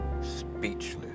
speechless